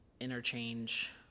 Interchange